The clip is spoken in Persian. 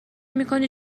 میکنی